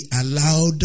allowed